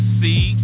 see